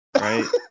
Right